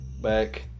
back